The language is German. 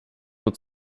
und